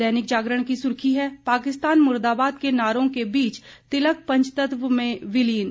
दैनिक जागरण की सुर्खी है पाकिस्तान मुर्दाबाद के नारों के बीच तिलक पंचतत्व में विलीन